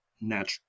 natural